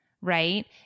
Right